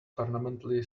permanently